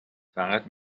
فقط